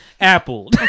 apple